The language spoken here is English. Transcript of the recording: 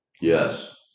Yes